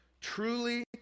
Truly